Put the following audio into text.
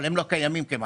אבל הם לא קיימים כמעט.